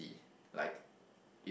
like if